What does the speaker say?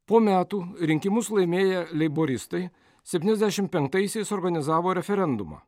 po metų rinkimus laimėję leiboristai septyniasdešimt penktaisiais suorganizavo referendumą